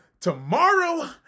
Tomorrow